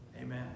Amen